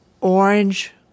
orange